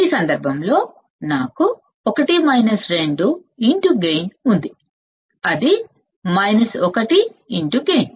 ఈ సందర్భంలో నా వద్ద గైన్ ఉంటుంది అది గైన్